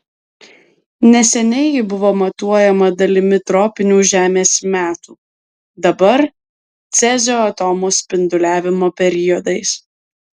neseniai ji buvo matuojama dalimi tropinių žemės metų dabar cezio atomo spinduliavimo periodais